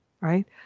right